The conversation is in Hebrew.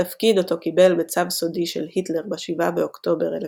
תפקיד אותו קיבל בצו סודי של היטלר ב-7 באוקטובר 1939,